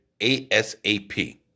ASAP